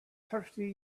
thirty